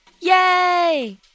Yay